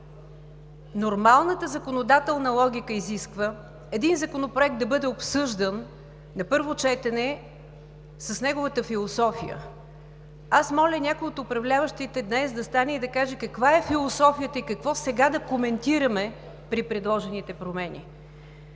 Нормалната законодателна логика изисква един Законопроект да бъде обсъждан на първо четене с неговата философия. Аз моля някой от управляващите днес да стане и да каже каква е философията и какво сега да коментираме при предложените промени.